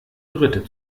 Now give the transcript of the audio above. dritte